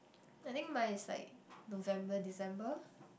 I think mine is like November December